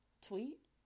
Tweet